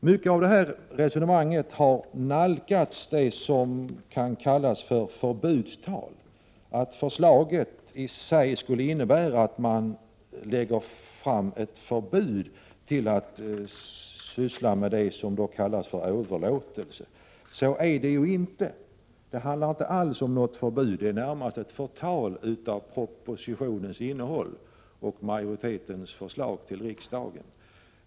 Mycket i det här resonemanget har nalkats det som kan kallas förbudstal, dvs. att förslaget i sig skulle innebära ett förbud mot att syssla med det som benämns överlåtelse. Så är det ju inte. Det handlar inte alls om något förbud. Detta är närmast ett förtal av propositionens innehåll och majoritetens förslag till riksdagen.